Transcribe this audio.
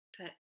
put